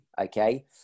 Okay